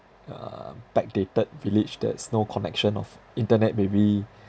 uh backdated village that's no connection of internet maybe